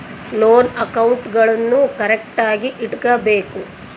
loan ಅಕೌಂಟ್ಗುಳ್ನೂ ಕರೆಕ್ಟ್ಆಗಿ ಇಟಗಬೇಕು